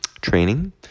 training